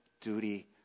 duty